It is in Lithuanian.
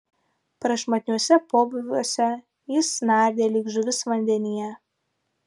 prašmatniuose pobūviuose jis nardė lyg žuvis vandenyje